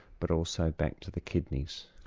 but also back to the kidneys.